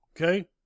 Okay